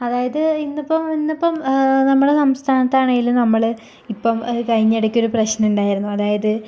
അതായത് ഇന്നിപ്പോൾ ഇന്നിപ്പോൾ നമ്മുടെ സംസ്ഥാനത്താണെങ്കിലും നമ്മള് ഇപ്പോൾ കഴിഞ്ഞ ഇടക്ക് ഒരു പ്രശ്നമുണ്ടായിരുന്നു അതായത്